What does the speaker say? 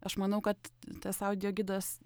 aš manau kad tas audiogidas